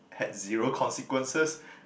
had zero consequences